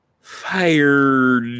Fired